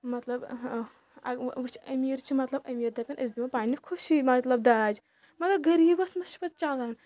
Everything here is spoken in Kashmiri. مطلب وٕچھ امیٖر چھِ مطلب امیٖر دَپن أسۍ دِمو پَنٛنہِ خُوشی مطلب داج مگر غریٖبَس مہ چھِ پَتہٕ چَلان